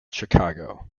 chicago